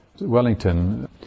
Wellington